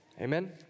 Amen